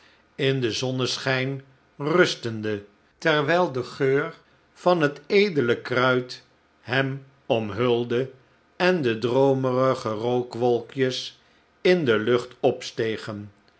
in den zonneschijn rustende terwijl de geur van het edele kruid hem omhulde en de droomerige rookwolkjes in de lucht opstegen